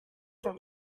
from